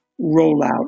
rollout